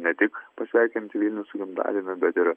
ne tik pasveikinti vilnių su gimtadieniu bet ir